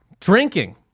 drinking